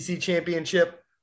championship